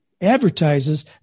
advertises